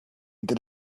into